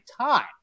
time